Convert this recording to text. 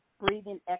breathing